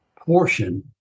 portion